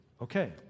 okay